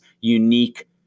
unique